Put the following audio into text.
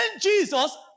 Jesus